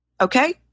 Okay